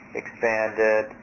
expanded